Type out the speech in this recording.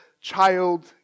child